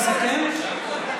לסכם.